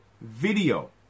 video